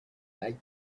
night